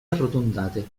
arrotondate